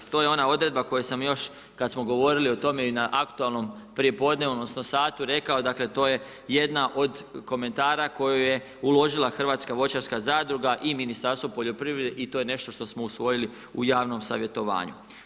To je ona odredba, koju sam još, kada smo govorili o tome i na aktualnom prijepodnevu, odnosno, satu, rekao, dakle, to je jedna od komentara, koju je uložila hrvatska voćarska zadruga i Ministarstvo poljoprivrede i to je nešto što smo usvojili u javnom savjetovanju.